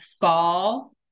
fall